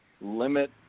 limit